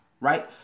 right